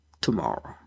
tomorrow